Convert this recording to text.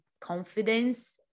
confidence